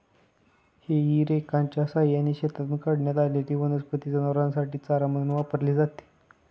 हेई रेकच्या सहाय्याने शेतातून काढण्यात आलेली वनस्पती जनावरांसाठी चारा म्हणून वापरली जाते